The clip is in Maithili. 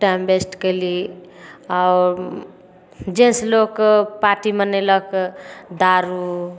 टाइम व्यस्त कएली आओर जाहिसँ लोक पार्टी मनेलक दारू